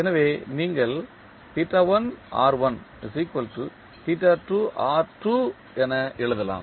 எனவே நீங்கள் என எழுதலாம்